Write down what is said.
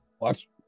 Watch